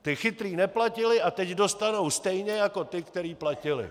Ti chytří neplatili a teď dostanou stejně jako ti, kteří platili.